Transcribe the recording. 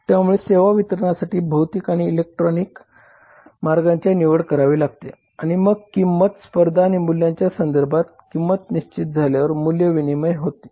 त्यामुळे सेवा वितरणासाठी भौतिक आणि इलेक्ट्रॉनिक मार्गांची निवड करावी लागते आणि मग किंमत स्पर्धा आणि मूल्याच्या संदर्भात किंमती निश्चित झाल्यावर मूल्य विनिमय होईल